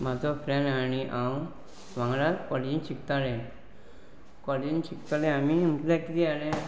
म्हाजो फ्रेंड आनी हांव वांगडा कॉलेजीन शिकताले कॉलेजीन शिकताले आमी म्हल्या किदें जालें